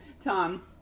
Tom